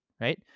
right